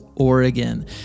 Oregon